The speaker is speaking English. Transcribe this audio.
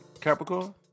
Capricorn